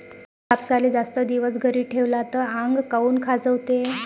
कापसाले जास्त दिवस घरी ठेवला त आंग काऊन खाजवते?